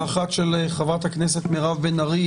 האחת של חברת הכנסת מירב בן ארי,